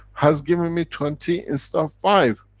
has given me twenty instead of five.